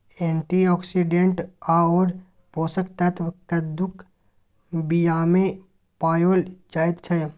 antioxidant आओर पोषक तत्व कद्दूक बीयामे पाओल जाइत छै